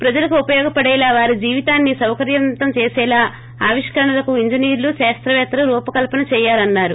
ప్రజలకు ఉపయోగపడేలా వారి జీవితాన్ని ప సౌకర్యవంతం చేసేలా ఆవిష్కరణలకు ఇంజినీర్ లు శాస్తపేత్తలు రూపకల్సన చేయాలన్నారు